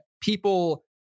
people